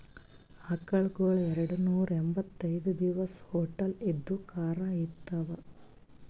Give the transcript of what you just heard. ಆಕಳಗೊಳ್ ಎರಡನೂರಾ ಎಂಭತ್ತೈದ್ ದಿವಸ್ ಹೊಟ್ಟಲ್ ಇದ್ದು ಕರಾ ಈತಾವ್